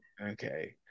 Okay